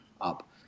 up